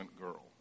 girl